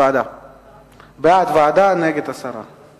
בעד, ועדה, נגד, הסרה.